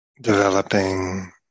developing